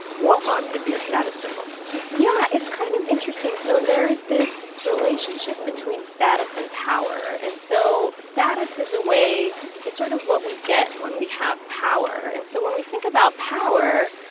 wal-mart can be a status symbol yeah. it's kind of interesting. so there's this relationship between status and power and so status is a way is sort of what we get when we have power. and so when we think about power,